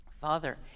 Father